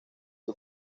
que